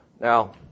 Now